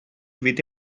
with